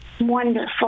wonderful